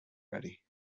ready